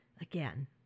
again